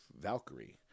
Valkyrie